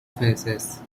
faces